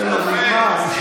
בסדר, נגמר.